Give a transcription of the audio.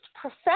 profound